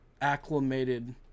acclimated